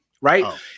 right